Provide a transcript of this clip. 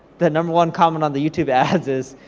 the number one comment on the youtube ads is,